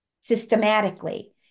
systematically